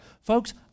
Folks